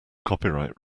copyright